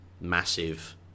massive